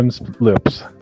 lips